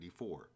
1994